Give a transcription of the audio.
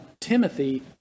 Timothy